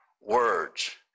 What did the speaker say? words